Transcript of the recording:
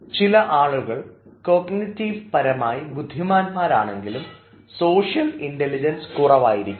ചില ആളുകൾ കോഗ്നിറ്റീവ് പരമായി ബുദ്ധിമാന്മാരാണെങ്കിലും സോഷ്യൽ ഇൻറലിജൻസ് കുറവായിരിക്കും